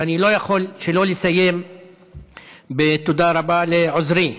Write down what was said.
ואני לא יכול שלא לסיים בתודה רבה לעוזרי,